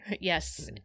Yes